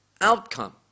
outcome